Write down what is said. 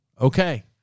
Okay